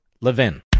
LEVIN